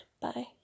bye